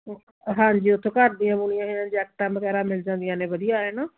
ਹਾਂਜੀ ਉੱਥੋਂ ਘਰ ਦੀਆਂ ਬੁਣੀਆਂ ਹੋਈਆ ਜੈਕਟਾਂ ਵਗੈਰਾ ਮਿਲ ਜਾਂਦੀਆਂ ਨੇ ਵਧੀਆ ਐਨ